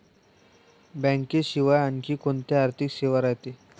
बँकेशिवाय आनखी कोंत्या आर्थिक सेवा रायते?